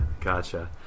Gotcha